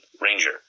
Ranger